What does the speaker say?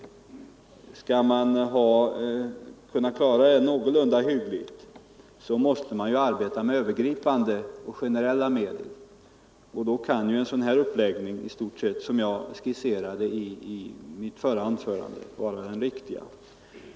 För att klara uppgiften någorlunda hyggligt måste man arbeta med övergripande och generella medel. För det ändamålet kan en sådan uppläggning som den jag skisserade i stort sett i mitt förra anförande vara den riktiga.